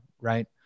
Right